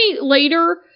later